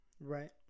right